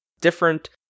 different